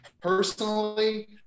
personally